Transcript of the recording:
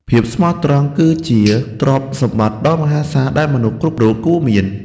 ភាពស្មោះត្រង់គឺជាទ្រព្យសម្បត្តិដ៏មហាសាលដែលមនុស្សគ្រប់រូបគួរមាន។